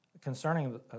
Concerning